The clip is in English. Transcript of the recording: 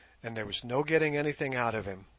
and there was no getting anything out of him.